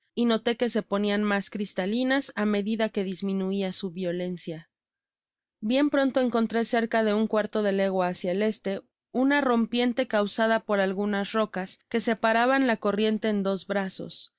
y noté que se ponian mas cristalinas á medida que disminuia su violencia bien pronto encontré cerca de un cuarto de legua hácia el este una rompiente causada por algunas rocas que separaban la corriente en dos